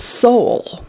soul